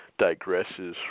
digresses